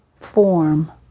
form